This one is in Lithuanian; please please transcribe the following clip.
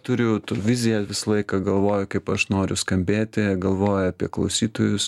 turiu viziją visą laiką galvoju kaip aš noriu skambėti galvoju apie klausytojus